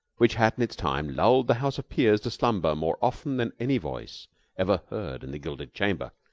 which had in its time lulled the house of peers to slumber more often than any voice ever heard in the gilded chamber,